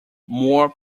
more